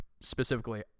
Specifically